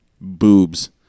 boobs